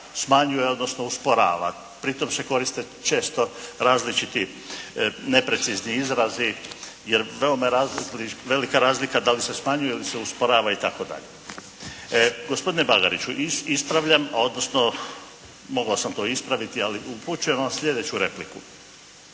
smanjuje odnosno usporava. Pri tom se koriste često različiti neprecizni izrazi, jer veoma je velika razlika da li se smanjuju ili se usporavaju itd. Gospodine Bagariću! Ispravljam odnosno mogao sam to i ispraviti ali upućujem vam sljedeću repliku.